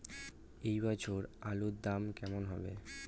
এ বছর আলুর দাম কেমন হবে?